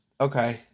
Okay